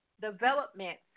development